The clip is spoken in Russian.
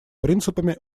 принципами